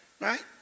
right